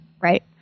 right